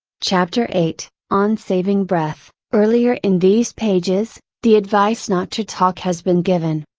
chapter eight on saving breath earlier in these pages, the advice not to talk has been given.